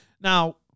Now